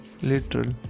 literal